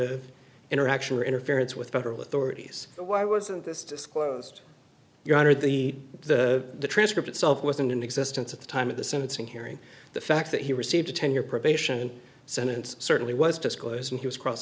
of interaction or interference with federal authorities why wasn't this disclosed your honor the the transcript itself wasn't in existence at the time of the sentencing hearing the fact that he received a ten year probation sentence certainly was disclosed and he was cross